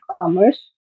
Commerce